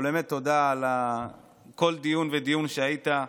אבל באמת תודה על כל דיון ודיון שהיית בהם,